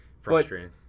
Frustrating